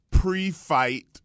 Pre-fight